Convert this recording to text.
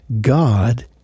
God